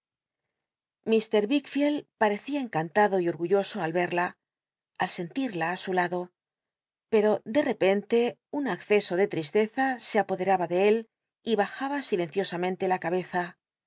icld parecía encantado y orgulloso yci'ia al sentida á su lado pcro de repente un acce o de tristeza se apodcr ba de él y bajaba silenciosamente la cabeza